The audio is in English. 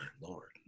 Lord